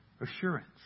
assurance